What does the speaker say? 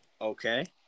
Okay